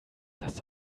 das